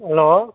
hello